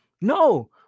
No